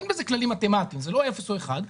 אין בזה כללים מתמטיים, זה לא אפס או אחד,